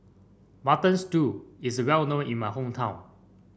Mutton Stew is well known in my hometown